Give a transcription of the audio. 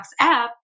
app